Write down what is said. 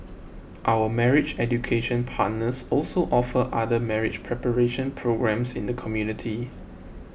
our marriage education partners also offer other marriage preparation programmes in the community